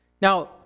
Now